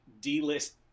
D-list